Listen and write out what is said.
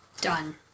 Done